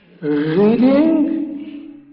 Reading